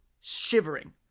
shivering